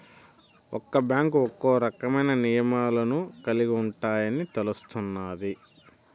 ఒక్క బ్యాంకు ఒక్కో రకమైన నియమాలను కలిగి ఉంటాయని తెలుస్తున్నాది